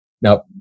Now